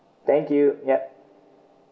thank you yup